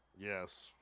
Yes